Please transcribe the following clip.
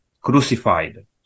Crucified